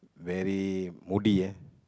very moody eh